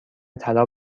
طلا